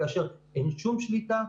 כאשר אין שום שליטה,